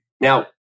now